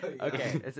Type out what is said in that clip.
Okay